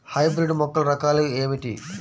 Hybrid మొక్కల రకాలు ఏమిటి?